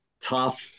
tough